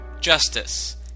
justice